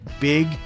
big